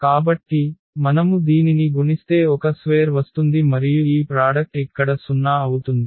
కాబట్టి మనము దీనిని గుణిస్తే ఒక స్వేర్ వస్తుంది మరియు ఈ ప్రాడక్ట్ ఇక్కడ 0 అవుతుంది